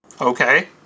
Okay